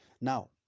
Now